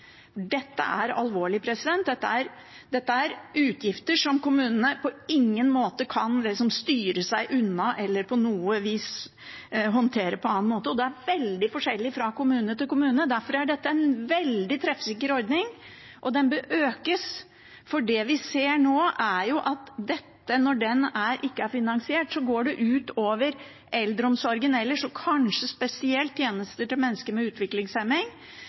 Dette er alvorlig. Dette er utgifter som kommunene på ingen måte kan styre seg unna eller på noe vis håndtere på annen måte. Det er veldig forskjellig fra kommune til kommune, og derfor er dette en veldig treffsikker ordning. Den bør økes, for det vi ser nå, er at når den ikke er finansiert, går det ut over eldreomsorgen ellers, og kanskje spesielt tjenester til mennesker med